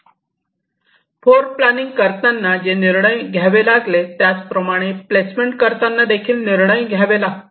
floor planning करताना जे निर्णय घ्यावे लागले त्याचप्रमाणे प्लेसमेंट करताना देखील निर्णय घ्यावे लागले